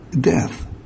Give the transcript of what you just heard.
death